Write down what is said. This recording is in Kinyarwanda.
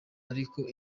ariko